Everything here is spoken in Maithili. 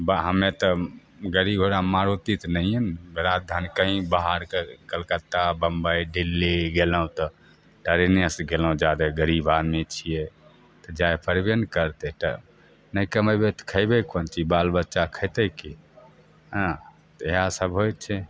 बाह हमे तऽ गड़ी घोड़ा मारुति तऽ नहिए ने राजधानी कहीँ बाहरके कलकत्ता बम्बै दिल्ली गेलहुँ तऽ ट्रेनेसे गेलहुँ जादे गरीब आदमी छिए जाइ पड़बे ने करतै तऽ नहि कमैबै तऽ खएबै कोन चीज बालबच्चा खएतै कि एँ हँ तऽ इएहसब होइ छै